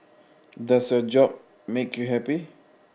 does your job make you happy